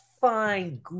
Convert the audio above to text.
fine